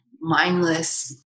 mindless